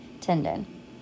tendon